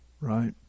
right